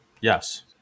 Yes